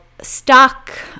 stuck